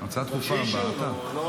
ההצעה הדחופה הבאה, אתה.